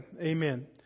amen